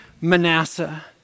Manasseh